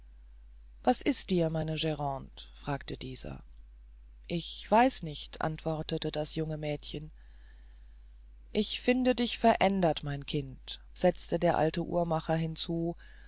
was ist dir meine grande fragte dieser ich weiß nicht antwortete das junge mädchen ich finde dich verändert mein kind setzte der alte uhrmacher hinzu